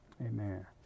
amen